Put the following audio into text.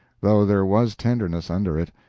though there was tenderness under it,